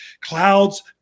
clouds